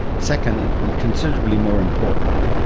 second, and considerably more important,